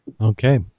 Okay